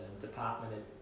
department